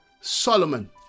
Solomon